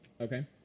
okay